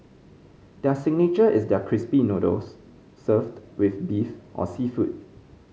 their signature is their crispy noodles served with beef or seafood